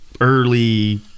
early